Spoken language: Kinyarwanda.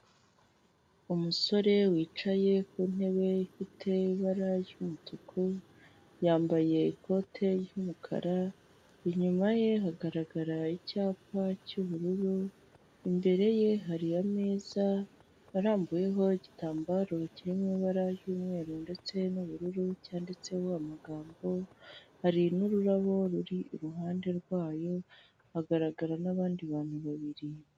Umusore wicaye ku ntebe ifite ibara ry'umutuku, yambaye ikote ry'umukara, inyuma ye hagaragara icyapa cy'ubururu, imbere ye hariyo ameza arambuyeho igitambaro kirimo ibara ry'umweru ndetse n'ubururu cyanditseho amagambo, hari n'ururabo ruri iruhande rwayo hagaragara n'abandi bantu babiri.